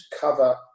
cover